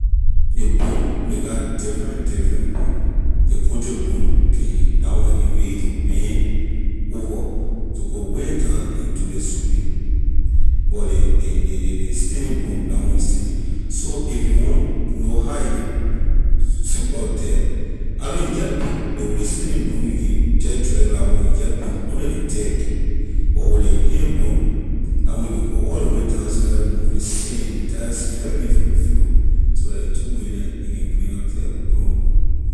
Ley broom ley get different different broom ley country broom can la one make you to bend over to go way down and do ley sweeping like ley standing broom la one you standing so if you want know how a can sweep up dirt either you jeh pick with with ley standing broom you can jeh drag la one you jeh pick only ley dirt but with ley hand broom la one you can go all ley way down so you have to move ley sand ley entire sand everything from ley floor so la ley two way the you can clean up dirt with broom.